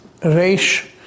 reish